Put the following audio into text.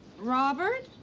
robert?